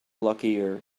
luckier